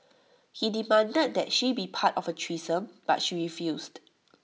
he demanded that she be part of A threesome but she refused